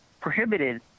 prohibited